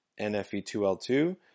NFE2L2